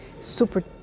super